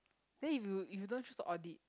then if you if you don't choose to audit